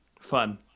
Fun